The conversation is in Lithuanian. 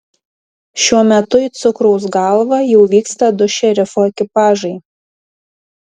šiuo metu į cukraus galvą jau vyksta du šerifo ekipažai